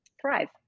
thrive